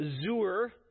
Zur